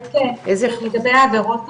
לגבי עבירות המין,